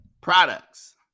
products